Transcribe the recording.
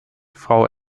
frau